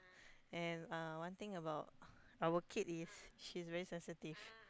and uh one thing about our kid is she's very sensitive